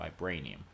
vibranium